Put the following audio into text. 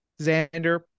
Xander